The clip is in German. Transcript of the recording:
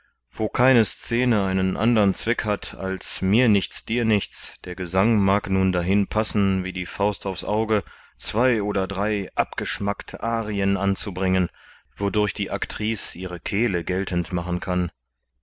wo keine scene einen andern zweck hat als mir nichts dir nichts der gesang mag nun dahin passen wie die faust aufs auge zwei oder drei abgeschmackte arien anzubringen wodurch die actrice ihre kehle geltend machen kann